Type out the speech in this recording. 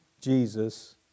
Jesus